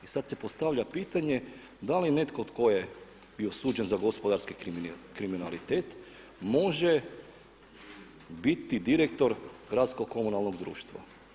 I sad se postavlja pitanje da li netko tko je bio suđen za gospodarski kriminalitet može biti direktor Gradskog komunalnog društva.